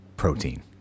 Protein